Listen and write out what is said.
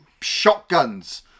shotguns